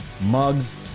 mugs